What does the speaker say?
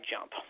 Jump